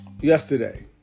yesterday